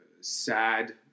sad